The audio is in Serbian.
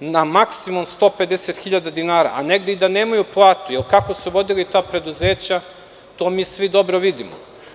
na maksimum 150.000 dinara, a negde i da nemaju platu, jer kako su vodili ta preduzeća, to mi svi dobro vidimo.